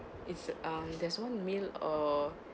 it's um there's one meal or